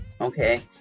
Okay